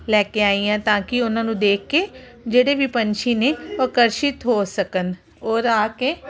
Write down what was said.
ਲੈ ਕੇ ਆਈ ਹੈ ਤਾਂ ਕਿ ਉਹਨਾਂ ਨੂੰ ਦੇਖ ਕੇ ਜਿਹੜੇ ਵੀ ਪੰਛੀ ਨੇ ਆਕਰਸ਼ਿਤ ਹੋ ਸਕਣ ਔਰ ਆ ਕੇ